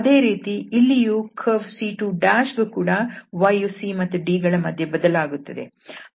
ಅದೇ ರೀತಿ ಇಲ್ಲಿಯೂ ಕರ್ವ್ C2ಗೂ ಕೂಡ y ಯು c ಮತ್ತು d ಗಳ ಮಧ್ಯೆ ಬದಲಾಗುತ್ತದೆ